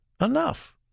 enough